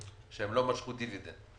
שהם לא משכו דיבידנד.